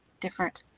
different